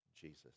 Jesus